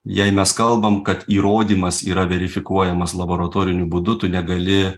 jei mes kalbam kad įrodymas yra verifikuojamas laboratoriniu būdu tu negali